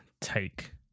take